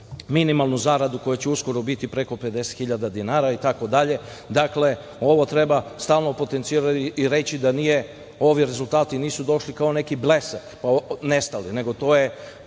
minimalnu zaradu koja će uskoro biti preko 50.000 dinara itd. Dakle, ovo treba stalno potencirati i reći da ovi rezultati nisu došli kao neki blesak i nestali, nego je